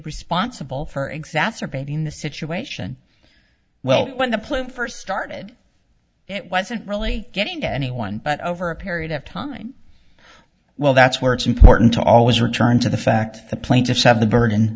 responsible for exacerbating the situation well when the plane first started it wasn't really getting to anyone but over a period of time well that's where it's important to always return to the fact the plaintiffs have the burd